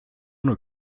ohne